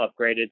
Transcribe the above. upgraded